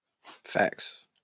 Facts